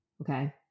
Okay